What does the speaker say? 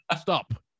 Stop